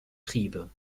triebe